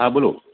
હા બોલો